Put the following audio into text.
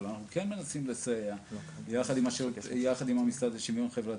אנחנו כן מנסים לסייע יחד עם המשרד לשוויון חברתי.